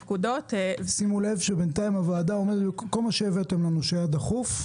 שימו לב שבינתיים כל מה שהבאתם לנו והיה דחוף,